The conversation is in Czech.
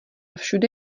všude